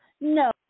no